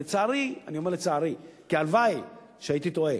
לצערי, אני אומר לצערי, כי הלוואי שהייתי טועה,